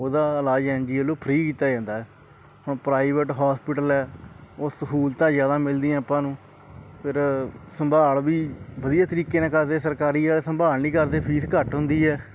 ਉਹਦਾ ਇਲਾਜ ਐਨਜੀਓ ਵੱਲੋਂ ਫਰੀ ਕੀਤਾ ਜਾਂਦਾ ਹੁਣ ਪ੍ਰਾਈਵੇਟ ਹੋਸਪਿਟਲ ਹੈ ਉਹ ਸਹੂਲਤਾਂ ਜ਼ਿਆਦਾ ਮਿਲਦੀਆਂ ਆਪਾਂ ਨੂੰ ਫਿਰ ਸੰਭਾਲ ਵੀ ਵਧੀਆ ਤਰੀਕੇ ਨਾਲ ਕਰਦੇ ਸਰਕਾਰੀ ਵਾਲੇ ਸੰਭਾਲ ਨਹੀਂ ਕਰਦੇ ਫੀਸ ਘੱਟ ਹੁੰਦੀ ਹੈ